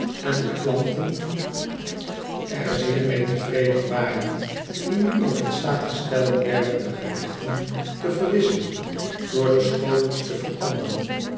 en de klanten er zeer mee tevreden waren die nu ook in staat gesteld werden de gerechten te verwisselen door de schotels te veranderen